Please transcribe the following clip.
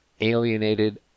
alienated